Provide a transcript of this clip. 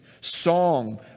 song